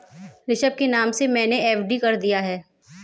ऋषभ के नाम से मैने एफ.डी कर दिया है